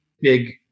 big